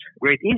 great